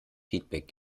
feedback